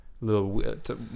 little